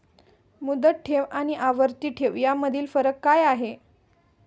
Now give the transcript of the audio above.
मुदत ठेव आणि आवर्ती ठेव यामधील फरक काय आहे?